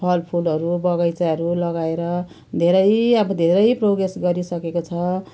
फलफुलहरू बगैँचाहरू लगाएर धेरै अब धेरै प्रोग्रेस गरिसकेको छ